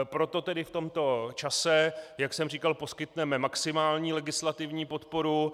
Proto tedy v tomto čase, jak jsem říkal, poskytneme maximální legislativní podporu.